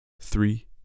three